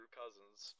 cousins